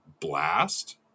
blast